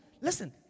listen